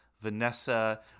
Vanessa